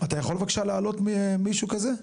אתה יכול בבקשה להעלות מישהו כזה?